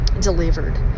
delivered